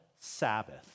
Sabbath